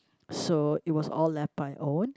so it was all own